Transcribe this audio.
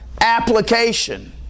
Application